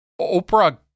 Oprah